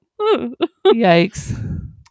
yikes